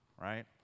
right